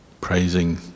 praising